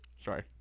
Sorry